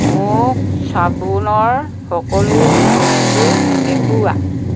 মোক চাবোনৰ সকলো বস্তু দেখুওৱা